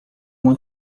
uma